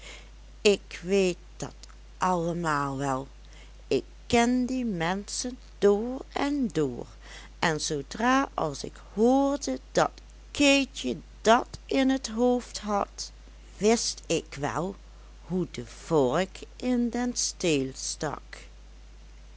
ik weet dat allemaal wel ik ken die menschen door en door en zoodra als ik hoorde dat keetje dat in t hoofd had wist ik wel hoe de vork in den steel stak